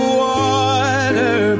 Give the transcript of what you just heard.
water